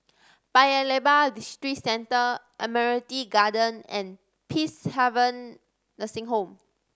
Paya Lebar Districentre Admiralty Garden and Peacehaven Nursing Home